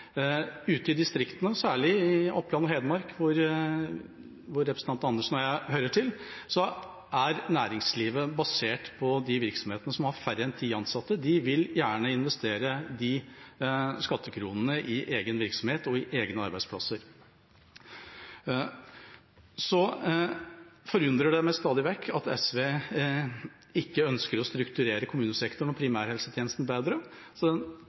Ute i distriktene, særlig i Oppland og Hedmark, hvor representanten Andersen og jeg hører til, er næringslivet basert på de virksomhetene som har færre enn ti ansatte. De vil gjerne investere disse skattekronene i egen virksomhet og i egne arbeidsplasser. Så forundrer det meg stadig vekk at SV ikke ønsker å strukturere kommunesektoren og primærhelsetjenesten bedre.